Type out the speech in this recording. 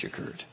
occurred